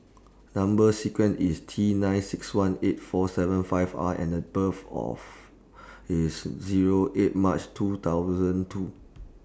Number sequence IS T nine six one eight four seven five R and The birth of IS Zero eight March two thousand two